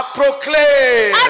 proclaim